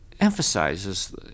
emphasizes